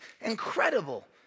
incredible